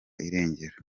irengero